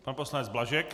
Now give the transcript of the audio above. Pan poslanec Blažek.